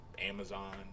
Amazon